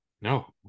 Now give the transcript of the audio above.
No